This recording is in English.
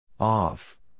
Off